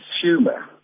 consumer